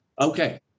okay